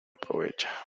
aprovecha